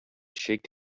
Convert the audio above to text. shake